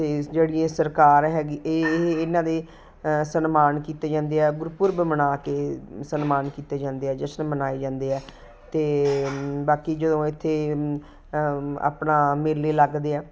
ਅਤੇ ਜਿਹੜੀ ਇਹ ਸਰਕਾਰ ਹੈਗੀ ਇਹ ਇਹਨਾਂ ਦੇ ਸਨਮਾਨ ਕੀਤੇ ਜਾਂਦੇ ਆ ਗੁਰਪੁਰਬ ਮਨਾ ਕੇ ਸਨਮਾਨ ਕੀਤੇ ਜਾਂਦੇ ਆ ਜਸ਼ਨ ਮਨਾਏ ਜਾਂਦੇ ਆ ਅਤੇ ਬਾਕੀ ਜਦੋਂ ਇੱਥੇ ਆਪਣਾ ਮੇਲੇ ਲੱਗਦੇ ਆ